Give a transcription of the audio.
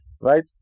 right